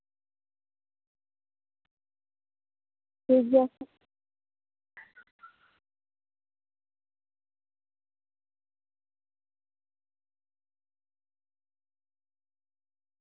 ᱴᱷᱤᱠᱜᱮᱭᱟ